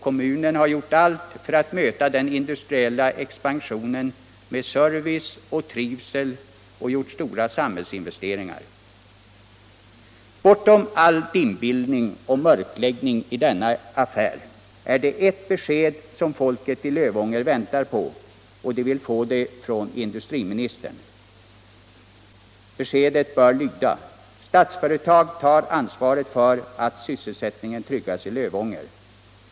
Kommunen har gjort allt för att möta den industriella expansionen med service och trivsel och gjort stora samhällsinvesteringar. Bortom all dimbildning och mörkläggning i denna affär är det ers besked som folket i Lövånger väntar på, och de vill få det från industriministern. Beskedet bör lyda: Statsföretag tar ansvaret för att sysselsättningen tryggas i Lövånger.